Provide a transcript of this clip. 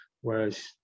whereas